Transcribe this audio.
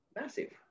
Massive